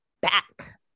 back